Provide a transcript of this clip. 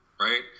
right